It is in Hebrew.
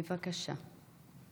בבקשה.